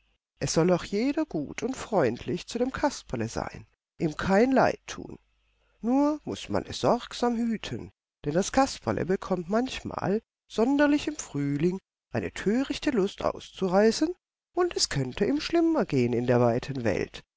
es soll auch jeder gut und freundlich zu dem kasperle sein ihm kein leid tun nur muß man es sorgsam hüten denn das kasperle bekommt manchmal sonderlich im frühling eine törichte lust auszureißen und es könnte ihm schlimm ergehen in der weiten welt